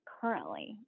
currently